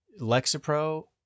Lexapro